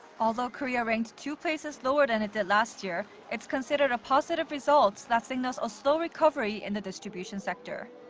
although korea ranked two places lower than it did last year. it's considered a positive result that signals a slow recovery in the distribution sector.